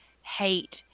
hate